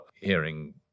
hearing